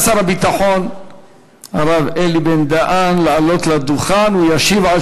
שר הביטחון הרב אלי בן-דהן לעלות לדוכן ולהשיב על